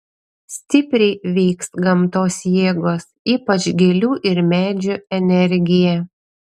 stipriai veiks gamtos jėgos ypač gėlių ir medžių energija